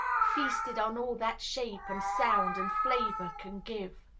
feasted on all that shape and sound and flavor can give?